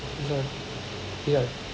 this one this one